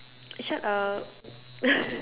shut up